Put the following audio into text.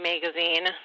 magazine